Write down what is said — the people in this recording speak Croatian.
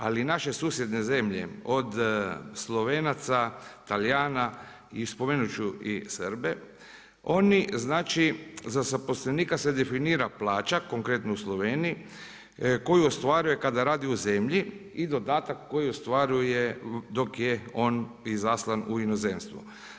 Ali naše susjedne zemlje od Slovenaca, Talijana i spomenut ću i Srbe oni, znači za zaposlenika se definira plaća konkretno u Sloveniji koju ostvaruje kada radi u zemlji i dodatak koji ostvaruje dok je on izaslan u inozemstvo.